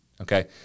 Okay